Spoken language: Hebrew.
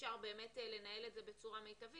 אפשר לנהל את זה בצורה מיטבית.